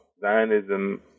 Zionism